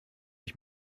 ich